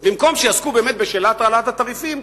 במקום שיעסקו באמת בשאלת העלאת התעריפים,